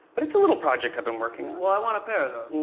but it's a little project i've been working on. well, i want a pair of those.